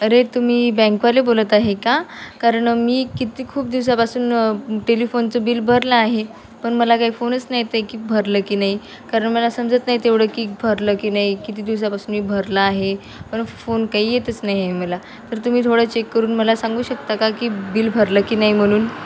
अरे तुम्ही बँकवाले बोलत आहे का कारण मी किती खूप दिवसापासून टेलिफोनचं बिल भरलं आहे पण मला काही फोनच नाही येत की भरलं की नाही कारण मला समजत नाही तेवढं की भरलं की नाही किती दिवसापासून मी भरलं आहे पण फोन काही येतच नाही आहे मला तर तुम्ही थोडं चेक करून मला सांगू शकता का की बिल भरलं की नाही म्हणून